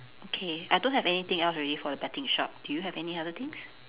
okay I don't have anything else already for the betting shop do you have any other things